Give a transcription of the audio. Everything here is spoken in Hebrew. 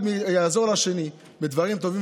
אחד יעזור לשני בדברים טובים,